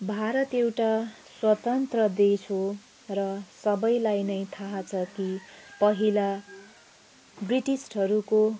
भारत एउटा स्वतन्त्र देश हो र सबैलाई नै थाहा छ कि पहिला ब्रिटिसहरूको